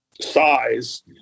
size